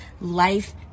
Life